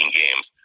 games